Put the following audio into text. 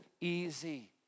easy